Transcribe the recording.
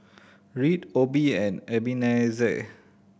Reed Obie and Ebenezer